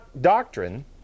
doctrine